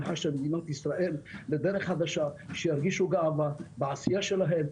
לדרך חדשה שירגישו גאווה בעשייה שלהם,